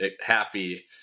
happy